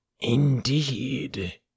Indeed